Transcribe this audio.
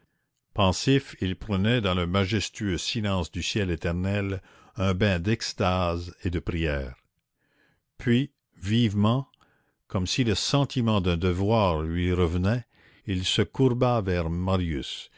pensif il prenait dans le majestueux silence du ciel éternel un bain d'extase et de prière puis vivement comme si le sentiment d'un devoir lui revenait il se courba vers marius